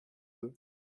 deux